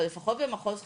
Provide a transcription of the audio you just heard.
אבל לפחות במחוז חיפה,